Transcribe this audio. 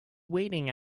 waiting